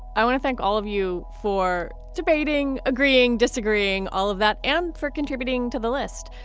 i want to thank all of you for debating, agreeing, disagreeing all of that and for contributing to the list.